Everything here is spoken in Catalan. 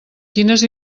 quines